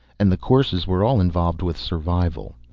and the courses were all involved with survival.